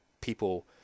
people